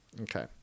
Okay